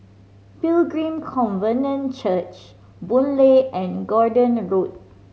Pilgrim Covenant Church Boon Lay and Gordon Road